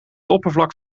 oppervlak